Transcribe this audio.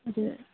हजुर